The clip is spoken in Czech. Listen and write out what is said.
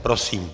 Prosím.